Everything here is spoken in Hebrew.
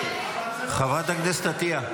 חברת הכנסת עטייה,